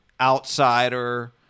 Outsider